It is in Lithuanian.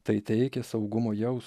tai teikė saugumo jaus